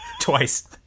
Twice